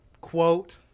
quote